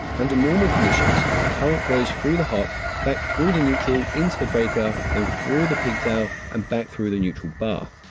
under normal conditions, the current flows through the hot back through the neutral into the breaker and through the pigtail and back through the neutral bar.